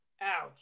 Ouch